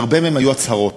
שהרבה מהם היו הצהרות,